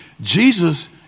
Jesus